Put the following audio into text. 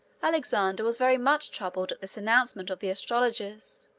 alexander was very much troubled at this announcement of the astrologers.